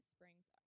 Springs